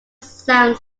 sound